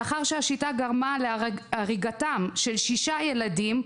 לאחר שהשיטה גרמה להריגתם של שישה ילדים,